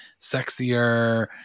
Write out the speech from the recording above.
sexier